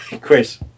Chris